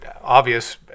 obvious